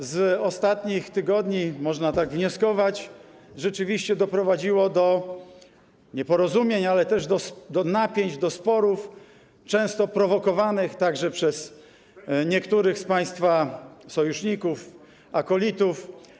w ciągu ostatnich tygodni - można tak wnioskować - rzeczywiście doprowadziło do nieporozumień, ale też do napięć, do sporów, często prowokowanych przez niektórych z państwa sojuszników, akolitów.